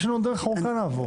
יש לנו עוד דרך ארוכה לעבור.